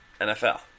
NFL